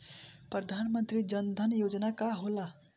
प्रधानमंत्री जन धन योजना का होला?